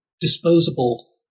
disposable